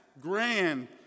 grand